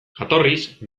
jatorriz